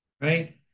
right